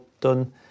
done